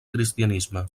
cristianisme